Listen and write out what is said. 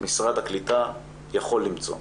משרד הקליטה יכול למצוא.